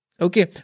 Okay